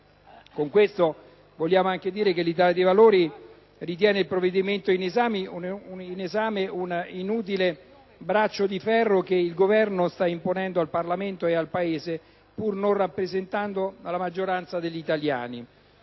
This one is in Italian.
rielezione. Vogliamo altresı dire che l’Italia dei Valori ritiene il provvedimento un inutile braccio di ferro che il Governo sta imponendo al Parlamento e al Paese, pur non rappresentando la maggioranza degli italiani.